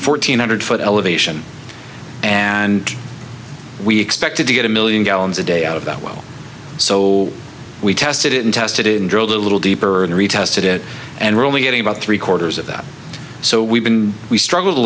fourteen hundred foot elevation and we expected to get a million gallons a day out of that well so we tested it and tested it and drilled a little deeper and retested it and we're only getting about three quarters of that so we've been we struggled a